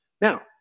Now